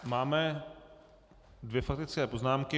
Máme dvě faktické poznámky.